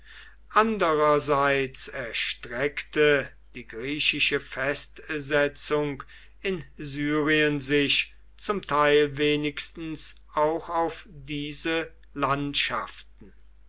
andererseits erstreckte die griechische festsetzung in syrien sich zum teil wenigstens auch auf diese landschaften